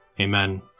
Amen